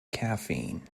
caffeine